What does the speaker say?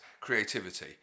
creativity